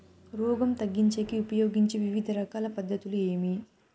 రోగం తగ్గించేకి ఉపయోగించే వివిధ రకాల పద్ధతులు ఏమి?